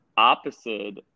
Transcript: opposite